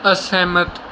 ਅਸਹਿਮਤ